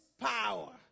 power